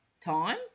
time